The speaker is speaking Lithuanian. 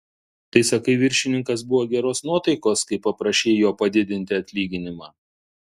tai sakai viršininkas buvo geros nuotaikos kai paprašei jo padidinti atlyginimą